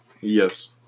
Yes